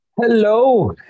hello